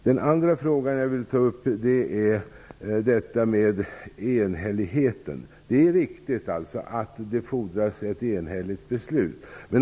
Den andra frågan som jag vill ta upp gäller enhälligheten. Det är riktigt att det fordras ett enhälligt beslut.